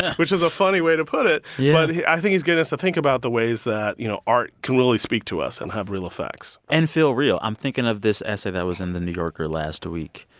yeah which was a funny way to put it. yeah. but i think he's getting us to think about the ways that, you know, art can really speak to us and have real effects and feel real. i'm thinking of this essay that was in the new yorker last week,